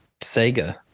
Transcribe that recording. sega